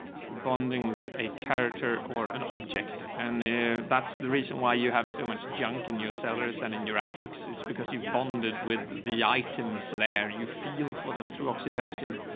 so bonding with a character or an object, and then that's the reason why you have so much junk in your sellers and in your attics. it's because you've bonded with the items to their, you feel for them through oxytocin.